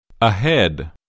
ahead